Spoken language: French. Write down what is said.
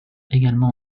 également